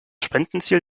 spendenziel